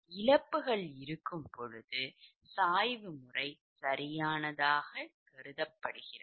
இழப்புகள் இருக்கும்போது சாய்வு முறை சரியானதாகக் கருதப்படுகிறது